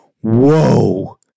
Whoa